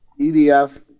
EDF